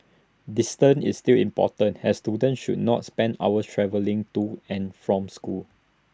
distance is still important as students should not spend hours travelling to and from school